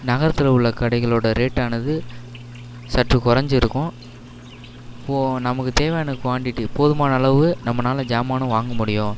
நகரத்தில் உள்ள கடைகளோட ரேட் ஆனது சற்று கொறைஞ்சி இருக்கும் இப்போது நமக்கு தேவையான குவாண்டிட்டி போதுமான அளவு நம்மளால சாமானும் வாங்க முடியும்